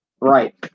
right